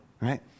right